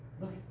Look